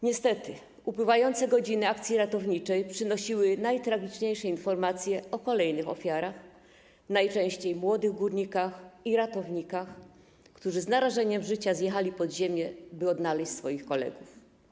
Niestety upływające godziny akcji ratowniczej przynosiły najtragiczniejsze informacje o kolejnych ofiarach, najczęściej młodych górnikach i ratownikach, którzy z narażeniem życia zjechali pod ziemię, by odnaleźć swoich kolegów.